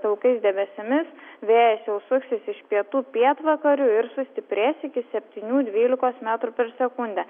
pilkais debesimis vėjas jau suksis iš pietų pietvakarių ir sustiprės iki septynių dvylikos metrų per sekundę